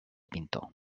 pintor